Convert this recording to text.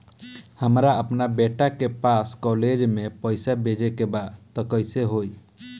हमरा अपना बेटा के पास कॉलेज में पइसा बेजे के बा त कइसे होई?